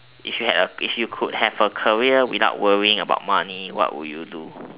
if you have if you have a career without worrying about the money what would you do